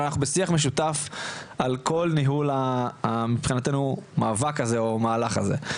אבל אנחנו בשיח משותף על כל ניהול המאבק הזה מבחינתנו או המהלך הזה,